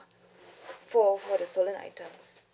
for for the stolen items